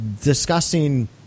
discussing